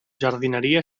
jardineria